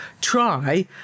try